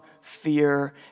fear